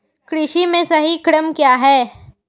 कृषि में सही क्रम क्या है?